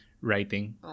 writing